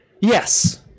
yes